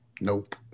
Nope